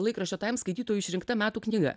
laikraščio times skaitytojų išrinkta metų knyga